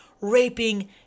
raping